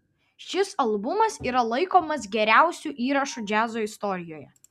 šis albumas yra laikomas geriausiu įrašu džiazo istorijoje